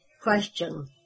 question